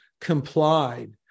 complied